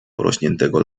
porośniętego